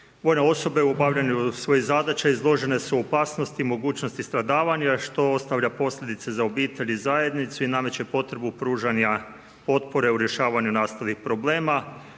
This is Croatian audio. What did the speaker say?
Ponaosob o obavljanju svojih zadaća izložene su opasnosti, mogućnosti stradavanja, što ostavlja posljedice za obitelj i zajednicu i nameće potrebu pružanja potpore u rješavanju nastalih problema.